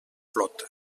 flota